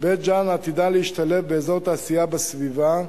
בית-ג'ן עתידה להשתלב באזור תעשייה בסביבה.